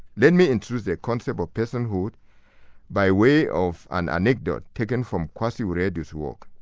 let me introduce the concept of of personhood by way of an anecdote taken from kwasi wiredu's work.